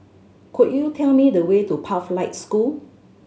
could you tell me the way to Pathlight School